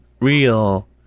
real